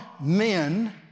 men